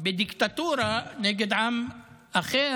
בדיקטטורה נגד עם אחר,